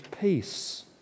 peace